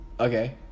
Okay